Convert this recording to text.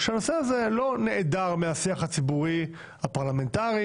שהנושא הזה לא נעדר מהשיח הציבורי הפרלמנטרי,